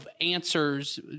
answers